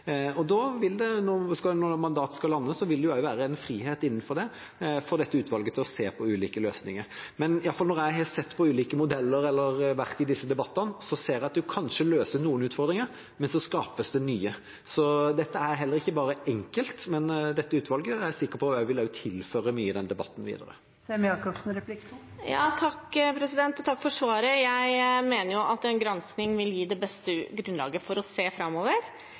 skal landes, vil det jo også være en frihet innenfor det for dette utvalget til å se på ulike løsninger. Men iallfall: Når jeg har sett på ulike modeller eller vært i disse debattene, ser jeg at en kanskje løser noen utfordringer, men så skapes det nye. Så dette er heller ikke bare enkelt, men dette utvalget er jeg sikker på vil tilføre mye i denne debatten videre. Takk for svaret. Jeg mener at en gransking vil gi det beste grunnlaget for å se framover,